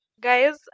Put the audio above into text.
Guys